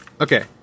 Okay